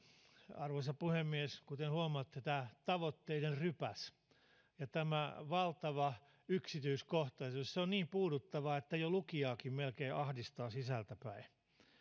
arvoisa puhemies kuten huomaatte tämä tavoitteiden rypäs ja tämä valtava yksityiskohtaisuus on niin puuduttavaa että lukijaakin melkein jo ahdistaa sisältäpäin